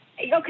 okay